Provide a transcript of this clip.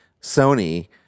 Sony